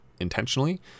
intentionally